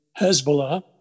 Hezbollah